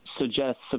suggests